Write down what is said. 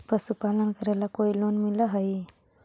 पशुपालन करेला कोई लोन मिल हइ?